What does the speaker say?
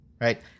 right